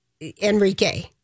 Enrique